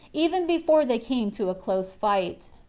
even before they came to a close fight.